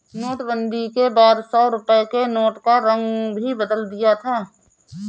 नोटबंदी के बाद सौ रुपए के नोट का रंग भी बदल दिया था